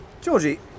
Georgie